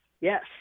Yes